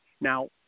Now